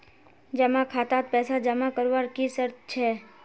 जमा खातात पैसा जमा करवार की शर्त छे?